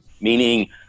meaning